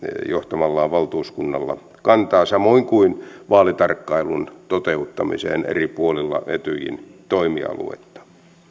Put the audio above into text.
johtamallaan valtuuskunnalla samoin kuin vaalitarkkailun toteuttamiseen eri puolilla etyjin toimialuetta